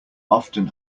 often